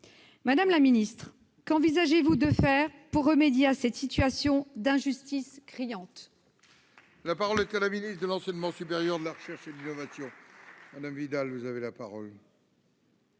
Madame la ministre, qu'envisagez-vous de faire pour remédier à cette situation d'injustice criante ?